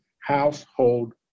household